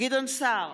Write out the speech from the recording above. גדעון סער,